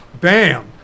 bam